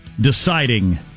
deciding